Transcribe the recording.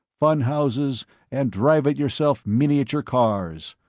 fun houses and drive-it-yourself miniature cars.